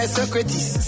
Socrates